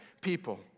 people